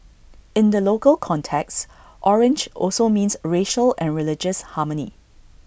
in the local context orange also means racial and religious harmony